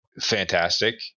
fantastic